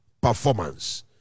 Performance